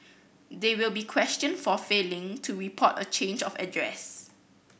they will be questioned for failing to report a change of address